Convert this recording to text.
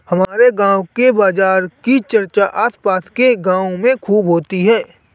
हमारे गांव के बाजार की चर्चा आस पास के गावों में खूब होती हैं